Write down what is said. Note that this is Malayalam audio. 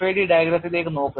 FAD ഡയഗ്രത്തിലേക്ക് നോക്കുക